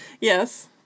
Yes